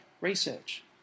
research